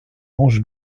hanche